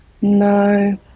No